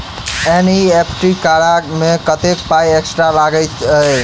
NEFT करऽ मे कत्तेक पाई एक्स्ट्रा लागई छई?